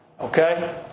Okay